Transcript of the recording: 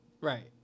Right